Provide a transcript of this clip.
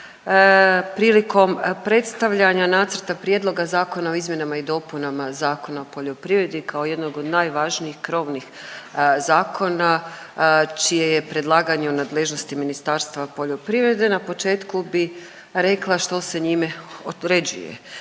Prilikom predstavljanja Nacrta prijedloga zakona o izmjenama i dopunama Zakona o poljoprivredi kao jednog od najvažnijih krovnih zakona čije je predlaganje u nadležnosti Ministarstva poljoprivrede na početku bi rekla što se njime uređuje,